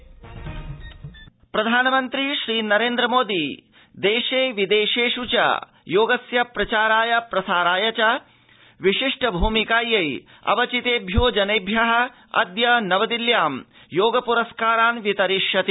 प्रधानमन्त्री योगपरस्कारः प्रधानमन्त्री नरेन्द्र मोदी देशे विदेशेष् च योगस्य प्रचाराय प्रसाराय च विशिष्ट भूमिकायै अवचितेभ्यो जनेभ्यः अदय नवदिल्ल्यां योग प्रस्कारान् वितरिष्यति